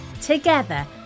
Together